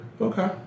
Okay